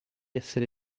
essere